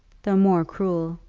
though more cruel.